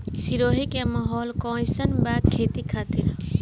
सिरोही के माहौल कईसन बा खेती खातिर?